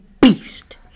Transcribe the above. beast